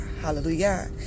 Hallelujah